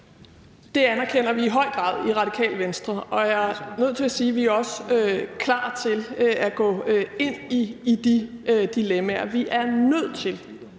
Det anerkender vi i høj grad i Radikale Venstre, og jeg er nødt til sige, at vi også er klar til at gå ind i de dilemmaer. Vi er nødt til